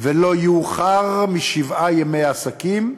ולא יאוחר משבעה ימי עסקים,